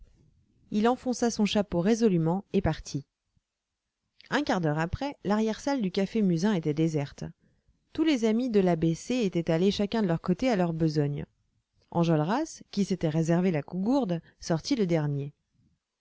il enfonça son chapeau résolument et partit un quart d'heure après larrière salle du café musain était déserte tous les amis de l'a b c étaient allés chacun de leur côté à leur besogne enjolras qui s'était réservé la cougourde sortit le dernier